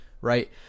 right